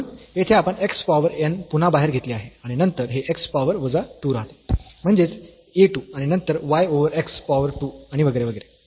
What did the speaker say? म्हणून येथे आपण x पॉवर n पुन्हा बाहेर घेतले आहे आणि नंतर हे x पॉवर वजा 2 राहतील म्हणजेच a 2 आणि नंतर y ओव्हर x पॉवर 2 आणि वगैरे वगैरे